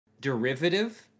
derivative